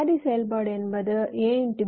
carry செயல்பாடு என்பது A